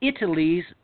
Italy's